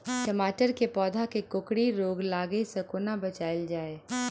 टमाटर केँ पौधा केँ कोकरी रोग लागै सऽ कोना बचाएल जाएँ?